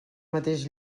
mateix